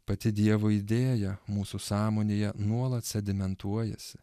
pati dievo idėja mūsų sąmonėje nuolat sėdimentuojasi